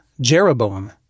Jeroboam